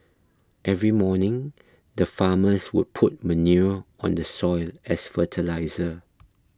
every morning the farmers would put manure on the soil as fertiliser